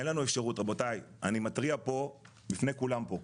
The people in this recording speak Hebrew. אין לנו אפשרות, רבותיי, אני מתריע בפני כולם פה.